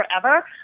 forever